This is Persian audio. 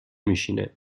میشینه